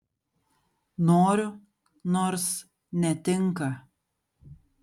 noriu nors netinka